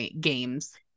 games